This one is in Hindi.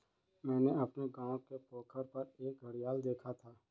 मैंने अपने गांव के पोखर पर एक घड़ियाल देखा था